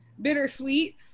bittersweet